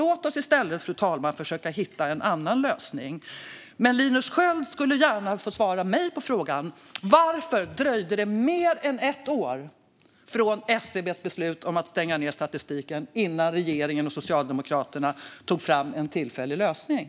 Låt oss i stället försöka hitta en annan lösning. Linus Sköld kan gärna få svara mig på frågan: Varför dröjde det mer än ett år från SCB:s beslut om att stänga ned statistiken innan regeringen och Socialdemokraterna tog fram en tillfällig lösning?